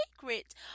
secret